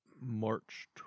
March